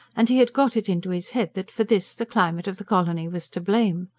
and he had got it into his head that for this the climate of the colony was to blame.